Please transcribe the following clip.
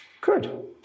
Good